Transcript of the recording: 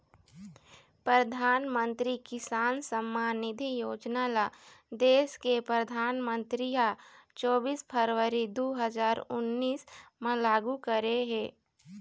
परधानमंतरी किसान सम्मान निधि योजना ल देस के परधानमंतरी ह चोबीस फरवरी दू हजार उन्नीस म लागू करे हे